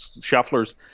Shuffler's